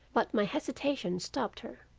but my hesitation stopped her.